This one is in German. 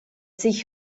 sich